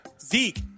Zeke